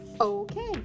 Okay